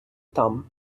там